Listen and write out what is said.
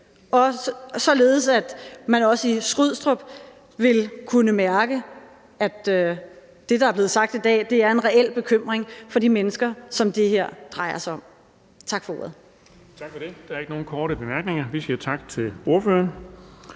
dag, således at man også i Skrydstrup vil kunne mærke, at det, der er blevet sagt i dag, udtrykker en reel bekymring for de mennesker, som det her drejer sig om. Tak for ordet.